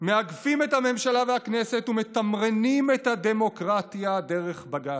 מאגפות את הממשלה והכנסת ומתמרנות את הדמוקרטיה דרך בג"ץ.